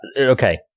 Okay